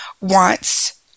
wants